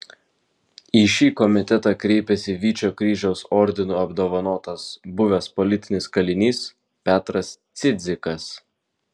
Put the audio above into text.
į šį komitetą kreipėsi vyčio kryžiaus ordinu apdovanotas buvęs politinis kalinys petras cidzikas